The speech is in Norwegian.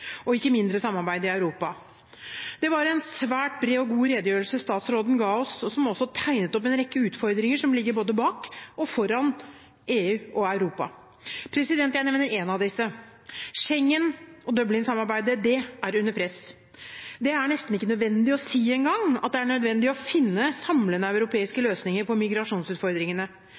og ikke mindre samarbeid i Europa. Det var en svært bred og god redegjørelse statsråden ga oss, som også tegnet opp en rekke utfordringer som ligger både bak og foran EU og Europa. Jeg nevner én av disse. Schengen- og Dublin-samarbeidet er under press. Det er nesten ikke nødvendig å si engang at det er nødvendig å finne samlende europeiske løsninger på migrasjonsutfordringene.